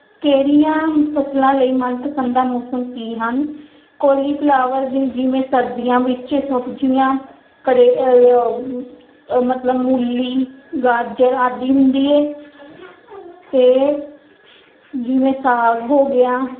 ਕੇਰੀਆਂ ਫਸਲਾਂ ਲਈ ਮਨਪਸੰਦ ਦਾ ਮੌਸਮ ਕੀ ਹਨ ਕੋਲੀਫਲਾਵਰ ਦੀ ਜਿਵੇਂ ਸਰਦੀਆਂ ਵਿੱਚ ਸਬਜ਼ੀਆਂ ਮਤਲਬ ਮੂਲੀ ਗਾਜਰ ਆਦਿ ਹੁੰਦੀ ਹੈ ਅਤੇ ਜਿਵੇਂ ਸਾਗ ਹੋ ਗਿਆ